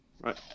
Right